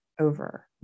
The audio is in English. Over